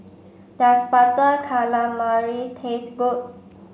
does butter calamari taste good